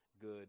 good